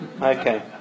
Okay